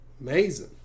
Amazing